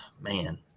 Man